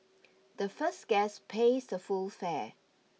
the first guest pays the full fare